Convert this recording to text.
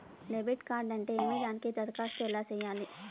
debit card అంటే ఏమి దానికి దరఖాస్తు ఎలా సేయాలి